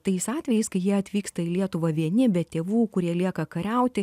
tais atvejais kai jie atvyksta į lietuvą vieni be tėvų kurie lieka kariauti